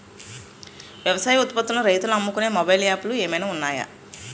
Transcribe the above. వ్యవసాయ ఉత్పత్తులను రైతులు అమ్ముకునే మొబైల్ యాప్ లు ఏమైనా ఉన్నాయా?